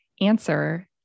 answer